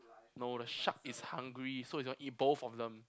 no the shark is hungry so he is gonna eat both of them